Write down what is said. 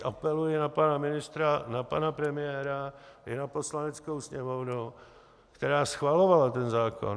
Teď apeluji na pana ministra, na pana premiéra i na Poslaneckou sněmovnu, která schvalovala ten zákon.